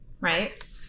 right